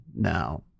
now